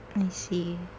I see